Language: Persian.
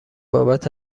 بابت